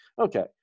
okay